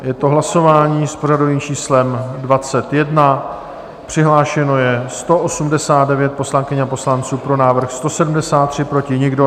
Je to hlasování s pořadovým číslem 21, přihlášeno je 189 poslankyň a poslanců, pro návrh 173, proti nikdo.